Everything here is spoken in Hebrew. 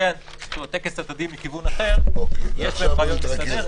והטקס הדתי מכיוון אחר, יש בהם רעיון מסדר.